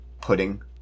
pudding